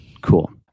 Cool